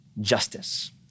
justice